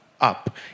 up